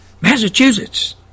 Massachusetts